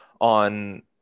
on